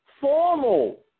formal